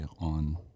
on